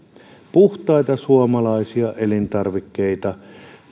puhtaita suomalaisia elintarvikkeita